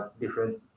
different